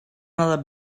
not